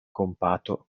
kompato